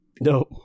No